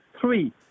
Three